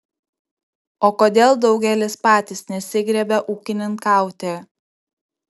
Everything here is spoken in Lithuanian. o kodėl daugelis patys nesigriebia ūkininkauti